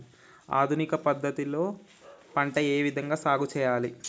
ఆధునిక పద్ధతి లో పంట ఏ విధంగా సాగు చేయాలి?